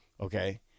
Okay